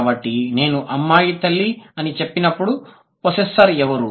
కాబట్టి నేను అమ్మాయి తల్లి అని చెప్పినప్పుడు పొస్సెస్సర్ ఎవరు